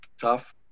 tough